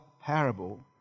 parable